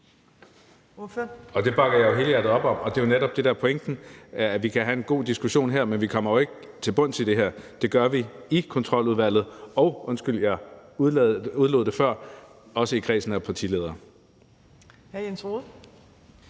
Det bakker jeg jo helhjertet op om. Og det er jo netop det, der er pointen, nemlig at vi kan have en god diskussion her, men at vi jo ikke kommer til bunds i det her. Det gør vi i Kontroludvalget og – undskyld, at jeg udelod det før – i kredsen af partiledere.